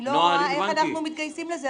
אני לא רואה איך אנחנו מתגייסים לזה,